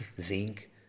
zinc